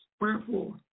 Wherefore